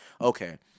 okay